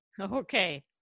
Okay